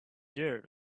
there